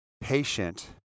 patient